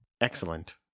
excellent